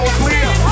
clear